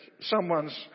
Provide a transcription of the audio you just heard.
someone's